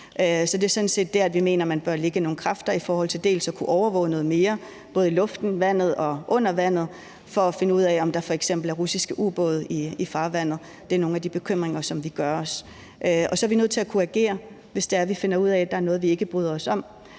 Så det er sådan set der, vi mener man bør lægge nogle kræfter i forhold til at kunne overvåge noget mere både i luften, på vandet og under vandet for at finde ud af, om der f.eks. er russiske ubåde i farvandet. Det er nogle af de bekymringer, som vi gør os. Så er vi nødt til at kunne agere, hvis det er, at vi finder ud af, at der er noget, vi ikke bryder os om.